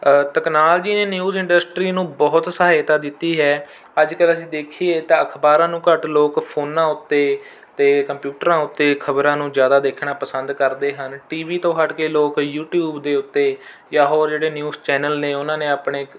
technology ਨੇ news industry ਨੂੰ ਬਹੁਤ ਸਹਾਇਤਾ ਦਿੱਤੀ ਹੈ ਅੱਜ ਕੱਲ੍ਹ ਅਸੀਂ ਦੇਖੀਏ ਤਾਂ ਅਖਬਾਰਾਂ ਨੂੰ ਘੱਟ ਲੋਕ ਫੋਨਾਂ ਉੱਤੇ 'ਤੇ ਕੰਪਿਊਟਰਾਂ ਉੱਤੇ ਖਬਰਾਂ ਨੂੰ ਜ਼ਿਆਦਾ ਦੇਖਣਾ ਪਸੰਦ ਕਰਦੇ ਹਨ ਟੀ ਵੀ ਤੋਂ ਹਟ ਕੇ ਲੋਕ ਯੂਟਿਊਬ ਦੇ ਉੱਤੇ ਜਾਂ ਹੋਰ ਜਿਹੜੇ ਨਿਊਜ ਚੈਨਲ ਨੇ ਉਨ੍ਹਾਂ ਨੇ ਆਪਣੇ